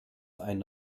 ein